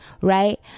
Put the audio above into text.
right